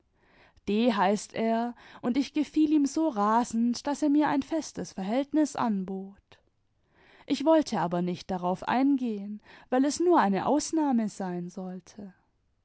d heißt er und ich gefiel ihm so rasend daß er mir ein festes verhältnis anbot ich wollte aber nicht darauf eingehen weil es nur eine ausnahme sein sollte